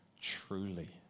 truly